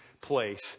place